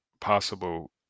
possible